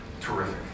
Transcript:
terrific